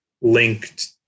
linked